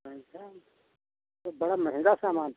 अच्छा तो बड़ा महंगा सामान है